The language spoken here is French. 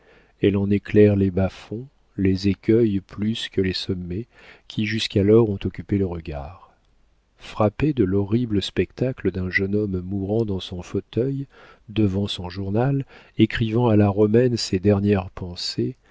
elle en éclaire les bas-fonds les écueils plus que les sommets qui jusqu'alors ont occupé le regard frappée de l'horrible spectacle d'un jeune homme mourant dans son fauteuil devant son journal écrivant à la romaine ses dernières pensées